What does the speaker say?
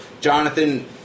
Jonathan